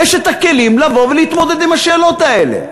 יש הכלים לבוא ולהתמודד עם השאלות האלה.